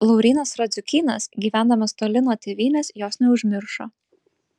laurynas radziukynas gyvendamas toli nuo tėvynės jos neužmiršo